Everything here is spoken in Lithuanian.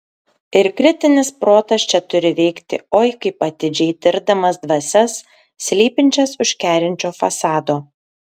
ir kritinis protas čia turi veikti oi kaip atidžiai tirdamas dvasias slypinčias už kerinčio fasado